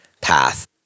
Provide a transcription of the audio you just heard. path